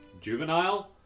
juvenile